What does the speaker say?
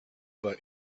but